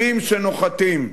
הטילים שנוחתים.